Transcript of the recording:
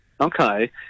Okay